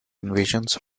invasions